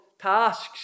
tasks